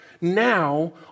now